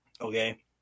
Okay